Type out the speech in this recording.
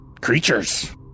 creatures